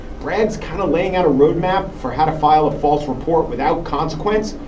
braggs kind of laying out a roadmap for how to file a false report without consequence.